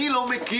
אני לא מכיר.